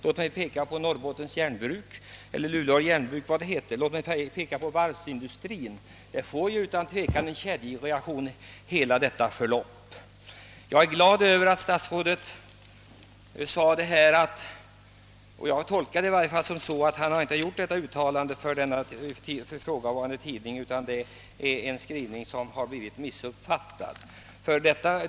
Låt mig peka på Norrbottens järnverk och varvsindustrien i Uddevalla m.fl. Det blir utan tvivel en kedjereaktion. Jag är glad över att statsrådet, så som jag i varje fall tolkar hans anförande, inte hade gjort detta uttalande för ifrågavarande tidning utan att det föreligger en missuppfattning.